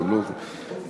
תקבלו את זה.